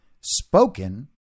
spoken